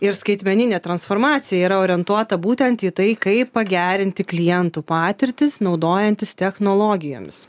ir skaitmeninė transformacija yra orientuota būtent į tai kaip pagerinti klientų patirtis naudojantis technologijomis